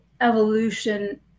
evolution